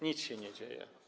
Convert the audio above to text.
Nic się nie dzieje.